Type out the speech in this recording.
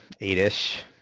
Eight-ish